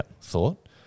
thought